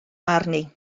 arni